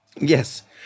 Yes